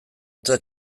eta